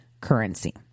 currency